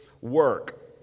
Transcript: work